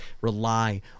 rely